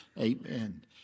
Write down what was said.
Amen